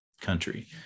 country